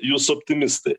jūs optimistai